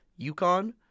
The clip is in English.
UConn